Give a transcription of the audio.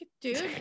Dude